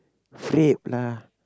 frappe lah